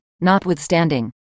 notwithstanding